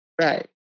Right